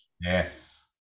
Yes